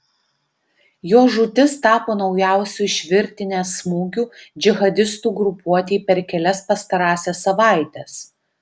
jo žūtis tapo naujausiu iš virtinės smūgių džihadistų grupuotei per kelias pastarąsias savaites